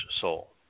soul